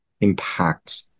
impact